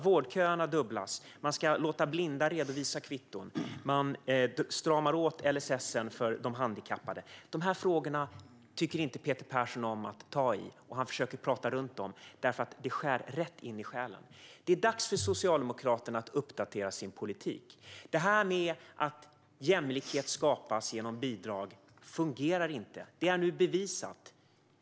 Vårdköerna dubblas, man ska låta blinda redovisa kvitton, man stramar åt LSS för de handikappade. Dessa frågor tycker inte Peter Persson om att ta i. Han försöker prata runt dem därför att de skär rätt in i själen. Det är dags för Socialdemokraterna att uppdatera sin politik. Att jämlikhet skapas genom bidrag fungerar inte. Det är nu bevisat.